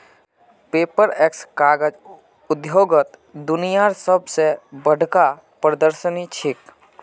Paperex कागज उद्योगत दुनियार सब स बढ़का प्रदर्शनी छिके